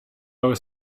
was